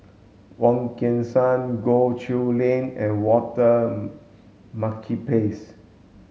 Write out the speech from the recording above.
Wong Kan Seng Goh Chiew Lye and Walter Makepeace